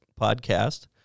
podcast